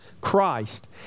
Christ